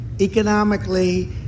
economically